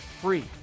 free